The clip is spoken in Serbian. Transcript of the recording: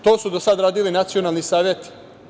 To su do sada radili nacionalni saveti.